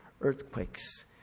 earthquakes